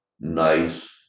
nice